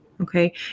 Okay